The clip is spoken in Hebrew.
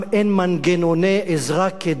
אין מנגנוני עזרה כדי